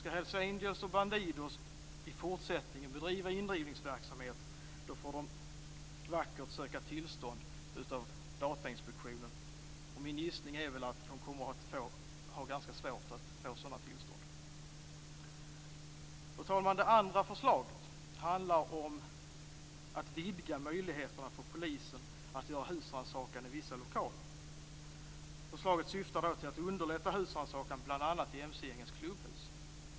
Skall Hells Angels och Bandidos i fortsättningen bedriva indrivningsverksamhet får de vackert söka tillstånd av Datainspektionen. Min gissning är att de kommer att ha ganska svårt att få sådana tillstånd. Fru talman! Det andra förslaget handlar om att vidga möjligheterna för polisen att göra husrannsakan i vissa lokaler. Förslaget syftar till att underlätta husrannsakan, bl.a. i mc-gängens klubbhus.